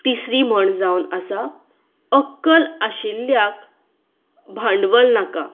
तिसरी म्हण जावन आसा अक्कल आशिल्याक भांडवल नाका